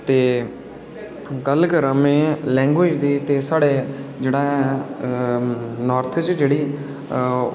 ते गल्ल करां मे लैंग्वेज़ दी ते साढ़े जेह्ड़ा ऐ नॉर्थ च जेह्ड़ी